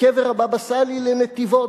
מקבר הבבא סאלי בנתיבות,